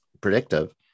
predictive